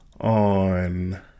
on